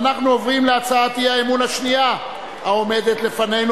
אנחנו עוברים להצבעה השנייה העומדת לפנינו,